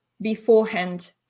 beforehand